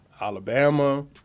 Alabama